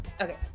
okay